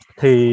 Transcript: thì